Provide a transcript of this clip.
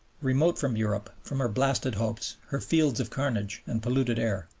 remote from europe from her blasted hopes her fields of carnage, and polluted air.